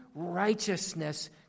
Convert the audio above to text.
Righteousness